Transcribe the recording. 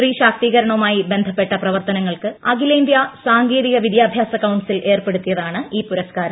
സ്ത്രീശാക്തീകരണവുമായി ബന്ധപ്പെട്ട പ്രവർത്തനങ്ങൾക്ക് അഖിലേന്ത്യ സാങ്കേതിക വിദ്യാഭ്യാസ കൌൺസിൽ ഏർപ്പെടുത്തിയതാണ് ഈ പുരസ്കാരം